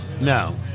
no